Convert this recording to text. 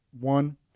one